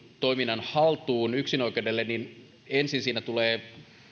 haltuun yksinoikeudelle niin ennemmin siinä tulevat